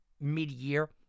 mid-year